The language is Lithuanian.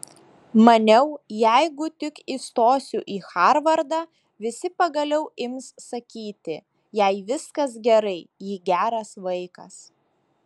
maniau jeigu tik įstosiu į harvardą visi pagaliau ims sakyti jai viskas gerai ji geras vaikas